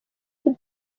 bob